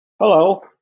Hello